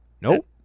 Nope